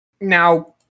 now